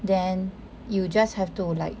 then you just have to like